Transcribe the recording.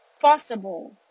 possible